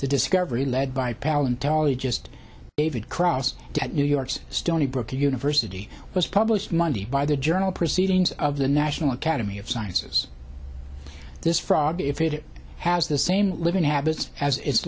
the discovery led by powell and tele just david cross at new york's stony brook university was published monday by the journal proceedings of the national academy of sciences this frog if it has the same living habits as i